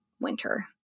winter